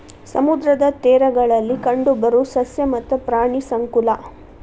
ಸಮುದ್ರದ ತೇರಗಳಲ್ಲಿ ಕಂಡಬರು ಸಸ್ಯ ಮತ್ತ ಪ್ರಾಣಿ ಸಂಕುಲಾ